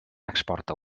exporta